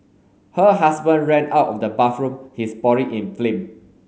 her husband ran out of the bathroom his body in flame